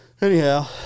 anyhow